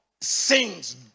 sins